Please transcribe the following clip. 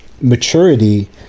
maturity